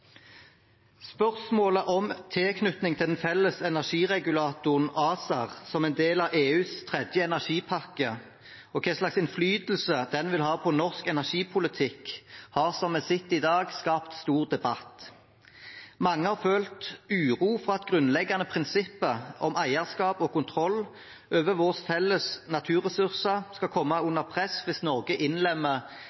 Spørsmålet om tilknytning til den felles energiregulatoren ACER som en del av EUs tredje energipakke, og om hva slags innflytelse den vil ha på norsk energipolitikk, har – som vi har sett i dag – skapt stor debatt. Mange har følt uro for at grunnleggende prinsipper om eierskap og kontroll over våre felles naturressurser skal komme